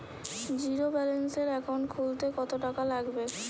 জিরোব্যেলেন্সের একাউন্ট খুলতে কত টাকা লাগবে?